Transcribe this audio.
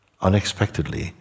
Unexpectedly